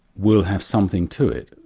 will have something to it,